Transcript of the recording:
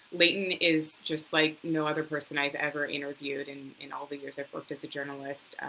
layton is just like no other person i've ever interviewed and in all the years i worked as a journalist.